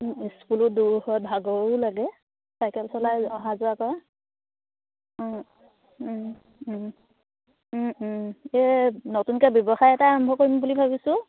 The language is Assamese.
স্কুলো দূৰ হয় ভাগৰো লাগে চাইকেল চলাই অহা যোৱা কৰা এই নতুনকে ব্যৱসায় এটা আৰম্ভ কৰিম বুলি ভাবিছোঁ